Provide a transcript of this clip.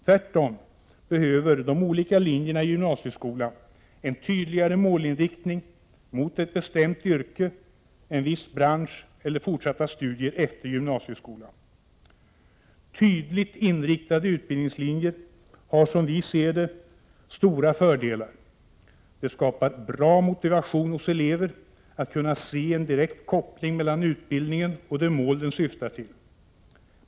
Tvärtom behöver de olika linjerna i gymnasieskolan en tydligare målinriktning — mot ett bestämt yrke, en viss bransch eller fortsatta studier efter gymnasieskolan. Tydligt inriktade utbildningslinjer har, som vi ser det, stora fördelar. Det skapar en bra motivation hos eleverna att kunna se en direkt koppling mellan utbildningen och det mål den syftar till.